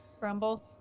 Rumble